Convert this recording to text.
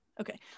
Okay